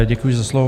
Děkuji za slovo.